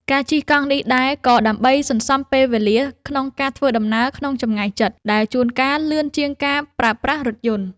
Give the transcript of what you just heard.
ការជិះកង់នេះដែរ ក៏ដើម្បីសន្សំពេលវេលាក្នុងការធ្វើដំណើរក្នុងចម្ងាយជិត ដែលជួនកាលលឿនជាងការប្រើប្រាស់រថយន្ត។